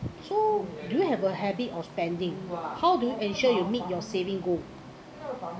so do you have a habit of spending how do you ensure you meet your saving go